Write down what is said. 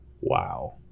Wow